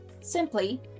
simply